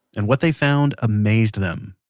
and what they found amazed them.